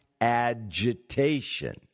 agitation